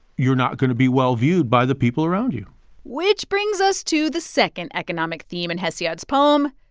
you're not going to be well-viewed by the people around you which brings us to the second economic theme in hesiod's poem,